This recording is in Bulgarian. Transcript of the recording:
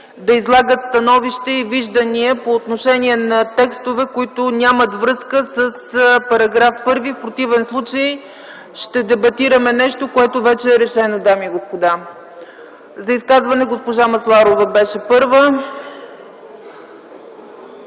да излагат становища и виждания по отношение на текстове, които нямат връзка с § 1. В противен случай ще дебатираме нещо, което вече е решено, дами и господа. Госпожа Масларова беше първа